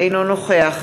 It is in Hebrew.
אינו נוכח